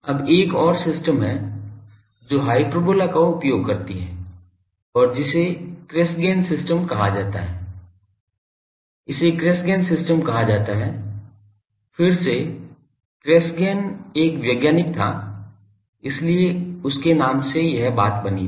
अब एक और सिस्टम है जो हाइपरबोला का उपयोग करती है और जिसे कैसग्रेन सिस्टम कहा जाता है इसे कैसग्रेन सिस्टम कहा जाता है फिर से कैसग्रेन एक वैज्ञानिक था इसलिए इसके नाम में यह बात थी